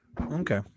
Okay